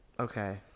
Okay